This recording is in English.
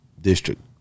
district